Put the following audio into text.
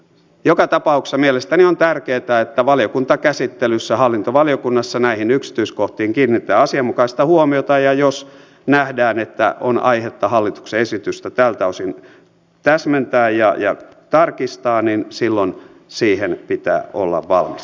joka tapauksessa mielestäni on tärkeätä että valiokuntakäsittelyssä hallintovaliokunnassa näihin yksityiskohtiin kiinnitetään asianmukaista huomiota ja jos nähdään että on aihetta hallituksen esitystä tältä osin täsmentää ja tarkistaa niin silloin siihen pitää olla valmis